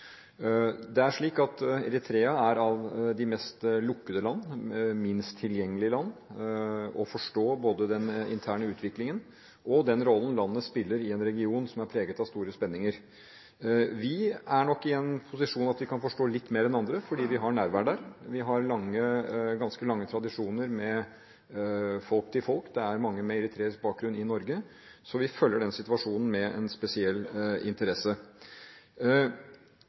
Det er slik at Eritrea er av de mest lukkede land, minst tilgjengelige land å forstå, både den interne utviklingen og den rollen landet spiller i en region som er preget av store spenninger. Vi er nok i en slik posisjon at vi kan forstå litt mer enn andre fordi vi har nærvær der. Vi har ganske lange tradisjoner med folk til folk. Det er mange med eritreisk bakgrunn i Norge, så vi følger den situasjonen med en spesiell interesse.